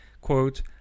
quote